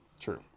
True